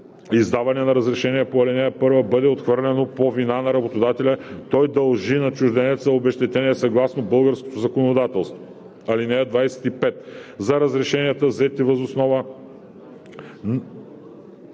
издаване на разрешение по ал. 1 бъде отхвърлено по вина на работодателя, той дължи на чужденеца обезщетение съгласно българското законодателство. (25) За решенията, взети въз основа